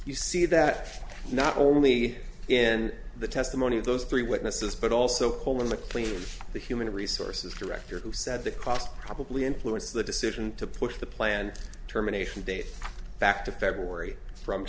you see that not only in the testimony of those three witnesses but also in mclean the human resources director who said the cost probably influenced the decision to push the planned terminations date back to february from